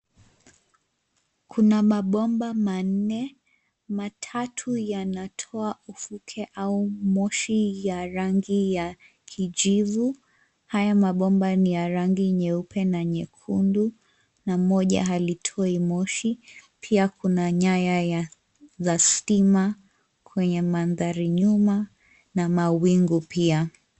Kuna mabomba manne. Matatu yanatoa mvuke au moshi ya rangi ya kijivu. Haya mabomba ni ya rangi nyeupe na nyekundu, na moja halitoi moshi. Pia kuna nyaya ya, za stima kwenye mandhari nyuma na mawingu pia.